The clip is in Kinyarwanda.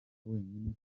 wenyine